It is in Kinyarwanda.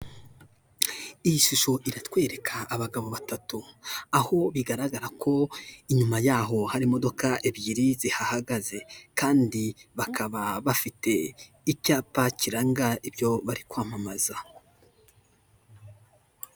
Iyi shusho iratwereka abagabo batatu, aho bigaragara ko inyuma yaho hari imodoka ebyiri zihahagaze kandi bakaba bafite icyapa kiranga ibyo bari kwamamaza.